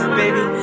baby